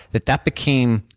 that that became,